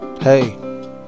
Hey